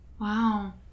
Wow